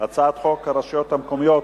הצעת חוק הרשויות המקומיות